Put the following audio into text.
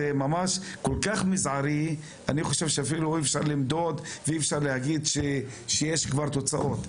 זה כל כך מזערי שאני חושב שאפילו אי-אפשר למדוד ולהגיד שיש כבר תוצאות.